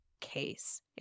case